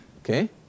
okay